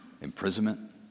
imprisonment